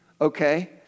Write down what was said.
Okay